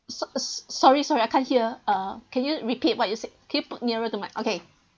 so~ s~ sorry sorry I can't hear uh can you repeat what you said can you put nearer to my okay